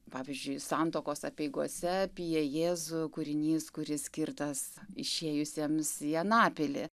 pavyzdžiui santuokos apeigose apie jėzų kūrinys kuris skirtas išėjusiems į anapilį